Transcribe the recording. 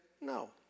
no